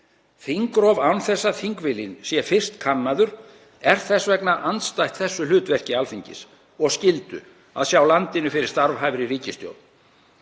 Þingrof án þess að þingviljinn sé fyrst kannaður er þess vegna andstætt þessu hlutverki Alþingis og skyldu að sjá landinu fyrir starfhæfri ríkisstjórn.